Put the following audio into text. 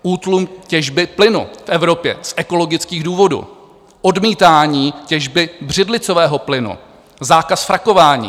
Útlum těžby plynu v Evropě z ekologických důvodů, odmítání těžby břidlicového plynu, zákaz frakování.